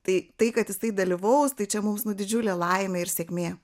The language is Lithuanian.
tai tai kad jisai dalyvaus tai čia mums nu didžiulė laimė ir sėkmė